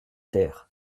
terres